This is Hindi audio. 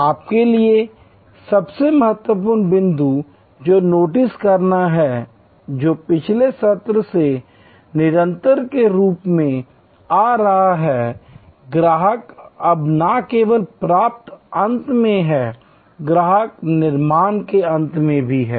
आपके लिए सबसे महत्वपूर्ण बिंदु जो नोटिस करना है जो पिछले सत्र से निरंतरता के रूप में आ रहा है ग्राहक अब न केवल प्राप्त अंत में है ग्राहक निर्माण के अंत में भी है